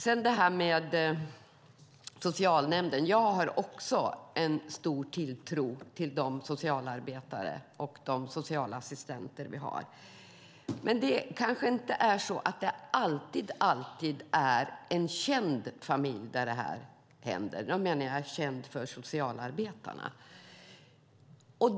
När det gäller socialnämnden har också jag stor tilltro till de socialarbetare och socialassistenter vi har. Men det kanske inte alltid är i en känd familj som detta händer - och då menar jag en familj som är känd för socialarbetarna.